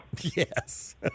Yes